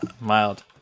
mild